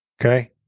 Okay